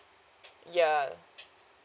ya